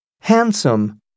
handsome